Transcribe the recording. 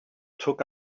took